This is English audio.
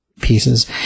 pieces